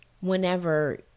whenever